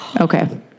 Okay